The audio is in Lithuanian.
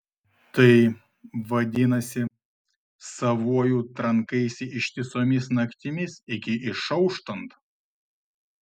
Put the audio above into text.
tai vadinasi savuoju trankaisi ištisomis naktimis iki išauštant